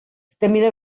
irtenbide